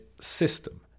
system